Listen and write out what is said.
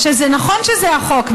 נכון שזה החוק,